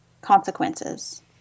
consequences